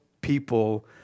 people